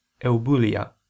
eubulia